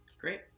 Great